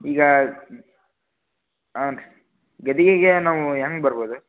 ಈಗ ಹಾಂ ರೀ ಗದಿಗಿಗೆ ನಾವು ಹೆಂಗೆ ಬರ್ಬೋದು